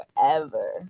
forever